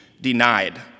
denied